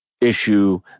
issue